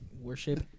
Worship